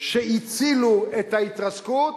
שהצילו את ההתרסקות